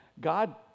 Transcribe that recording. God